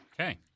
Okay